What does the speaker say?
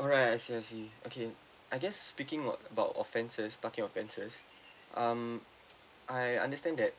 alright I see I see okay I guess speaking o~ about offences parking offences um I understand that